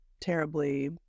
terribly